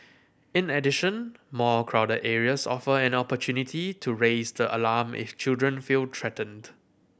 in addition more crowded areas offer an opportunity to raise the alarm if children feel threatened